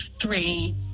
three